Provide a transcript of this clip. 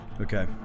Okay